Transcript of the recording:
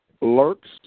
lurks